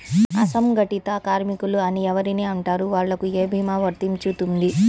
అసంగటిత కార్మికులు అని ఎవరిని అంటారు? వాళ్లకు ఏ భీమా వర్తించుతుంది?